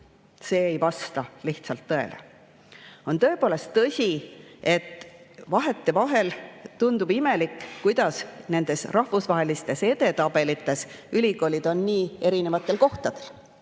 See ei vasta lihtsalt tõele. On tõepoolest tõsi, et vahetevahel tundub imelik, kuidas nendes rahvusvahelistes edetabelites on ülikoolid nii erinevatel kohtadel.